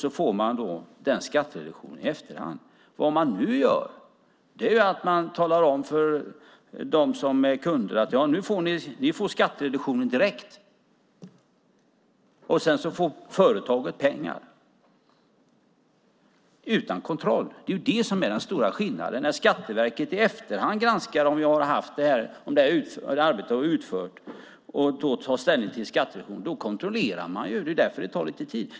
Sedan får man skattereduktionen i efterhand. Nu talar man om för kunderna att de får skattereduktionen direkt och sedan får företaget pengar utan kontroll. Den stora skillnaden är att Skatteverket i efterhand granskar om arbetet har utförts och då tar ställning till skattereduktionen. Då kontrollerar man. Det är därför det tar lite tid.